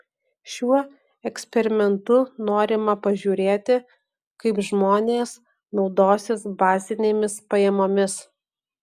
šiuo eksperimentu norima pažiūrėti kaip žmonės naudosis bazinėmis pajamomis